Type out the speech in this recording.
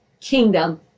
kingdom